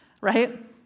Right